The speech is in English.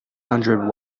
hundred